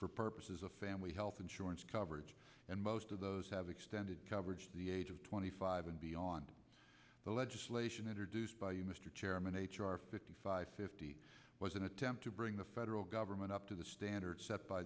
for purposes of family health insurance coverage and most of those have extended coverage the age of twenty five and beyond the legislation introduced by you mr chairman h r fifty five fifty was an attempt to bring the federal government up to the standards set by